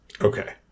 Okay